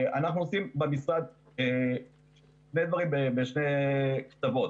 אנחנו עושים במשרד שני דברים בשני קצוות.